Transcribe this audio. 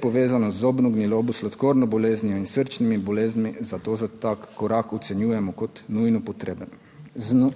povezano z zobno gnilobo, s sladkorno boleznijo in srčnimi boleznimi zato za tak korak ocenjujemo kot nujno potreben.